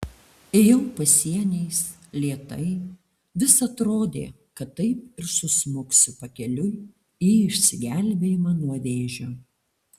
ėjau pasieniais lėtai vis atrodė kad taip ir susmuksiu pakeliui į išsigelbėjimą nuo vėžio